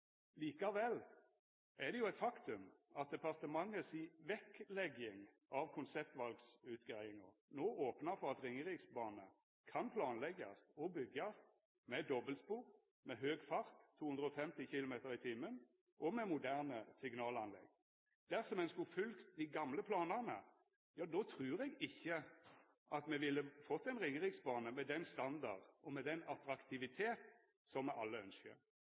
Likevel er det eit faktum at departementet si vektlegging av konseptutvalsutgreiinga no opnar for at Ringeriksbanen kan planleggjast og byggjast med dobbeltspor, med høg fart – 250 km/t – og med moderne signalanlegg. Dersom ein skulle følgt dei gamle planane, ja, då trur eg ikkje at me ville fått ein Ringeriksbane med den standarden og med den attraktiviteten som me alle